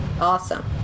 Awesome